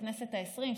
בכנסת העשרים,